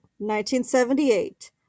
1978